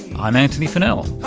i'm antony funnell.